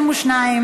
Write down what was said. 22),